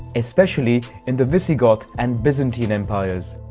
especially in the visigoths and byzantine empires.